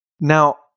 Now